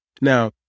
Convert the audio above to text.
Now